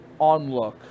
onlook